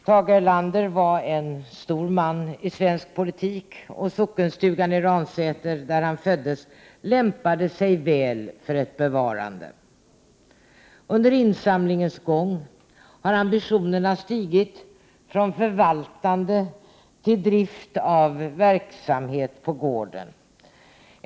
Tage Erlander var en stor man i svensk politik, och sockenstugan i Ransäter, där han föddes, lämpade sig väl för ett bevarande. Under insamlingens gång har ambitionerna höjts från förvaltande till drift av verksamhet på gården.